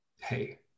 hey